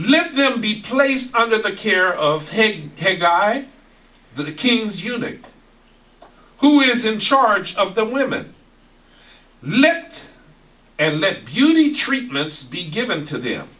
let them be placed under the care of her guy the king's unit who is in charge of the women let and let beauty treatments be given to them